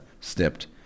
snipped